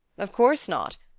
of course not.